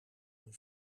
een